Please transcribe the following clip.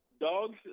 dogs